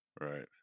right